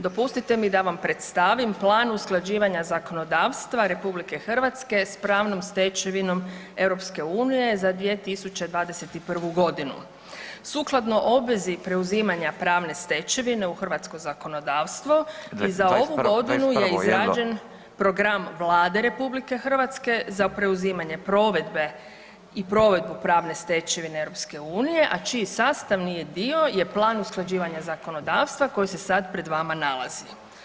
Dopustite mi da vam predstavim Plan usklađivanja zakonodavstva RH s pravnom stečevinom EU za 2021.g. Sukladno obvezi preuzimanja pravne stečevine u hrvatsko zakonodavstvo i za ovu godinu je izrađen program Vlade RH za preuzimanje provedbe i provedbu pravne stečevine EU, a čiji sastavni je dio je Plan usklađivanja zakonodavstva koji se sad pred vama nalazi.